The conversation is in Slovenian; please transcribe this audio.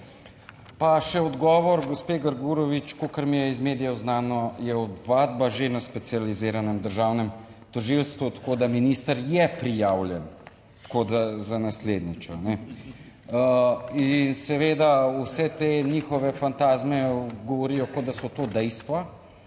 Pa še odgovor gospe Grgurevič, kolikor mi je iz medijev znano, je ovadba že na specializiranem državnem tožilstvu, tako da minister je prijavljen, tako da, za naslednjič, a ne? In seveda vse te njihove fantazme govorijo, kot da so to dejstva,